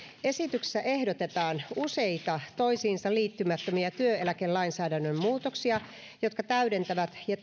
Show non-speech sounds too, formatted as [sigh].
esityksessä ehdotetaan useita toisiinsa liittymättömiä työeläkelainsäädännön muutoksia jotka täydentävät ja [unintelligible]